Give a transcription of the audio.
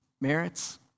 merits